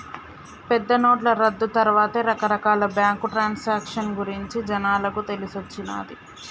పెద్దనోట్ల రద్దు తర్వాతే రకరకాల బ్యేంకు ట్రాన్సాక్షన్ గురించి జనాలకు తెలిసొచ్చిన్నాది